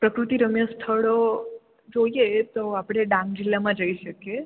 પ્રકૃતિરમ્ય સ્થળો જોઈએ તો આપણે ડાંગ જિલ્લામાં જઈ શકીએ